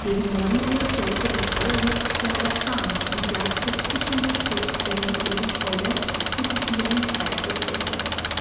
gegen neun uhr tobte mit voller wucht der orkan und jagte zischende sturzwellen über die scholle die sich wie ein kreisel drehte